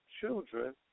children